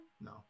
no